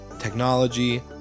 technology